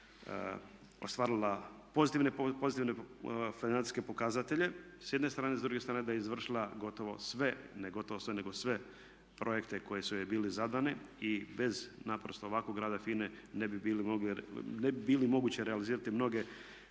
da je FINA ostvarila pozitivne financijske pokazatelje s jedne strane, s druge strane da je izvršila gotovo sve, ne gotovo sve nego sve projekte koji su joj bili zadani i bez naprosto ovakvog rada FINA-e ne bi bilo moguće realizirati mnoge